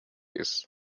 ist